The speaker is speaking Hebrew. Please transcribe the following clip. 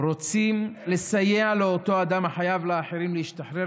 רוצים לסייע לאותו אדם החייב לאחרים להשתחרר